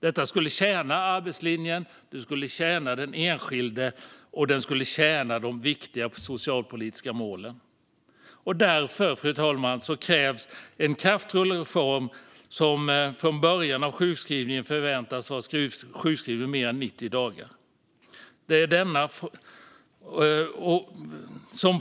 Detta skulle tjäna arbetslinjen, den enskilde och de viktiga socialpolitiska målen. Därför krävs en kraftfull reform för dem som från början av sjukskrivningen förväntas vara i sjukskrivning i mer än 90 dagar.